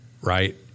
Right